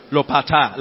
Lopata